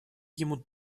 ему